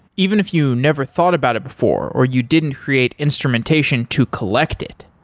even if you never thought about it before or you didn't create instrumentation to collect it,